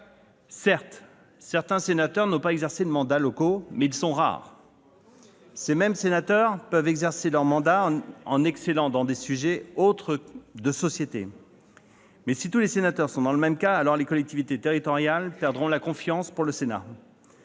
Certes, certains sénateurs n'ont pas exercé de mandats locaux, mais ils sont rares. Ces mêmes sénateurs peuvent exercer leur mandat en excellant dans des sujets autres de sociétés. Mais si tous les sénateurs sont dans le même cas, alors les collectivités territoriales perdront leur confiance dans le Sénat,